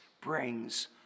brings